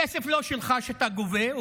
הכסף לא שלך, שאתה גובה.